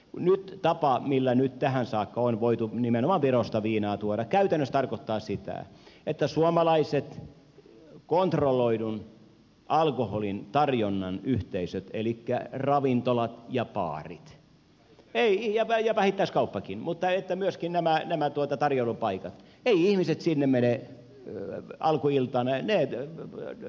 nyt tapa millä nyt tähän saakka on voitu nimenomaan virosta viinaa tuoda käytännössä tarkoittaa sitä että suomalaisiin kontrolloidun alkoholintarjonnan yhteisöihin elikkä ravintoloihin ja baareihin ja vähittäiskauppaankin mutta myöskin näihin tarjoilupaikkoihin ihmiset eivät mene alkuiltana ne dokaavat kotona